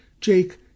Jake